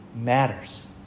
matters